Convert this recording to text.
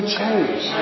change